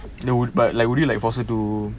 no but like would you like forced them to